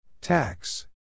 Tax